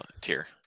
tier